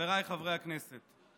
חבריי חברי הכנסת,